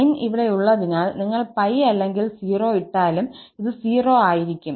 sign ഇവിടെയുള്ളതിനാൽ നിങ്ങൾ 𝜋 അല്ലെങ്കിൽ 0 ഇട്ടാലും ഇത് 0 ആയിരിക്കും